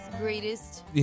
greatest